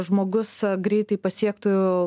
žmogus greitai pasiektų